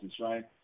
right